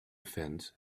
fence